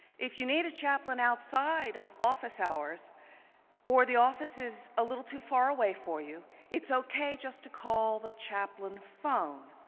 if you need a chaplain outside of office hours or the office is a little too far away for you, it's okay just to call the chaplain phone.